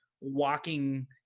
walking